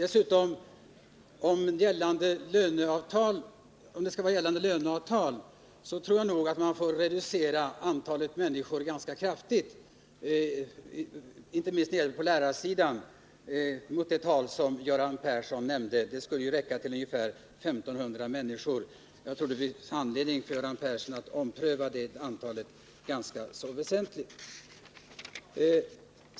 Skall man dessutom tillämpa gällande löneavtal, tror jag att antalet människor får reduceras ganska kraftigt, inte minst på lärarsidan, i jämförelse med det tal som Göran Persson nämnde. Pengarna skulle ju räcka till ungefär 1 500 människor, men jag tror att det finns anledning för Göran Persson att ompröva sin uppfattning när det gäller det antalet ganska väsentligt.